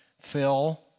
Phil